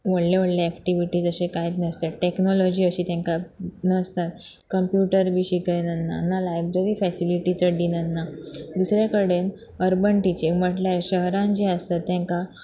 व्हडले व्हडले एक्टिविटीज अशे कांय नासतात टॅक्नोलॉजी अशी तांकां नासतात कंम्प्युटर बी शिकयनाना ना लायब्ररी फेसिलिटी चड दिनना दुसरे कडेन अर्बन टिचींग म्हटल्यार शहरान जें आसता तांकां